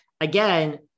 again